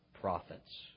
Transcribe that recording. prophets